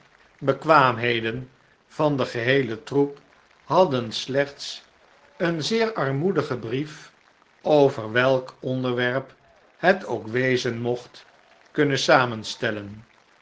bekwaamheden van den geheelen troep hadden slechts een zeer armoedigen brief over welk onderwerp het ook wezen mocht kunnen samenstellen